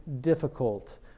difficult